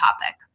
topic